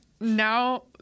Now